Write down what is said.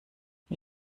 wie